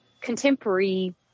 contemporary